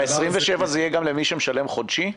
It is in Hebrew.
ב-27 באפריל זה יהיה גם למי שמשלם חודשי?